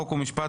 חוק ומשפט,